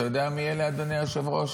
אתה יודע מי אלה, אדוני היושב-ראש?